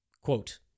Quote